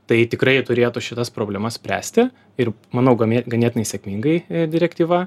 tai tikrai turėtų šitas problemas spręsti ir manau gamė ganėtinai sėkmingai direktyva